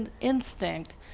instinct